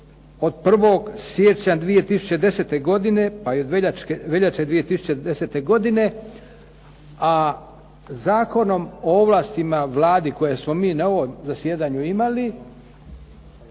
od 1. siječnja 2010. godine pa i od veljače 2010. godine, a zakonom o ovlastima Vladi koje smo mi na ovom zasjedanju imali